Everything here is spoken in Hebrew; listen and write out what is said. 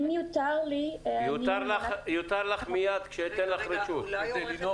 אם יותר לי --- יותר לך מייד כשאתן לך רשות דיבור.